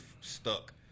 stuck